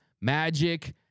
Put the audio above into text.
magic